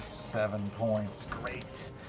seven points, great.